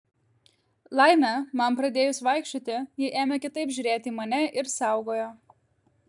laimė man pradėjus vaikščioti ji ėmė kitaip žiūrėti į mane ir saugojo